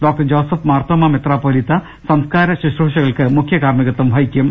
doctor Joseph Marthoma മെത്രാപൊലീത്ത സംസ്കാര ശുശ്രൂഷകൾക്ക് മുഖ്യ കാർമികത്വം വഹിക്കും